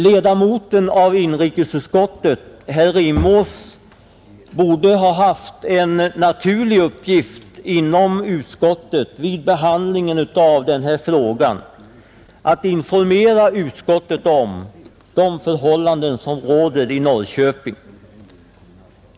Ledamoten av inrikesutskottet herr Rimås borde ha haft en naturlig uppgift inom utskottet att vid behandlingen av den här frågan informera utskottet om de förhållanden som råder i Norrköping.